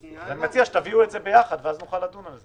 אני מציע שתביאו את זה ביחד כדי שנוכל לדון על זה.